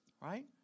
right